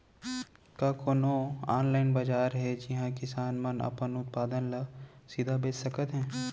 का कोनो अनलाइन बाजार हे जिहा किसान मन अपन उत्पाद ला सीधा बेच सकत हे?